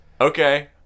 Okay